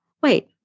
wait